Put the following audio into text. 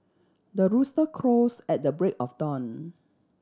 the rooster crows at the break of dawn